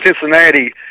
Cincinnati